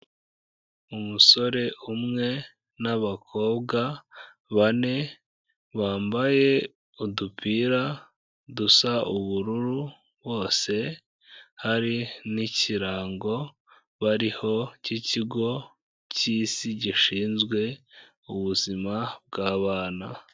Umusore umwe n'abakobwa bane bambaye udupira dusa ubururu bose, hari n'ikirango bariho cy'ikigo cy'Isi gishinzwe ubuzima bw'abana.